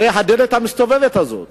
תראה, הדלת המסתובבת הזאת.